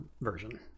version